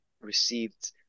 received